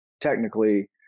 technically